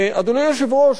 ואדוני היושב-ראש,